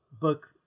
book